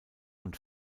und